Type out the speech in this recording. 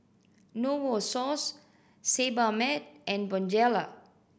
Novosource Sebamed and Bonjela